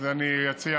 אני אציע